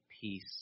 peace